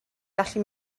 gallu